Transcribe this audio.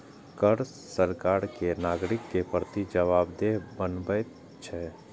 कर सरकार कें नागरिक के प्रति जवाबदेह बनबैत छै